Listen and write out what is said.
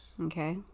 Okay